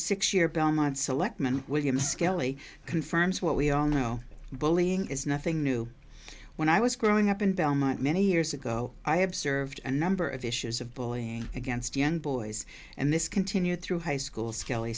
six year belmont selectman william skelly confirms what we all know bullying is nothing new when i was growing up in belmont many years ago i observed a number of issues of bullying against young boys and this continued through high school skell